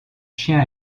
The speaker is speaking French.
chien